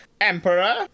Emperor